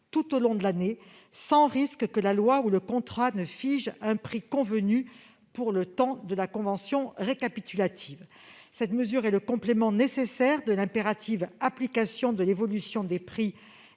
tout au long de l'année, sans risque que la loi ou le contrat ne fige un « prix convenu » pour le temps de la convention récapitulative. Cette mesure est le complément nécessaire de l'impérative application de l'évolution des prix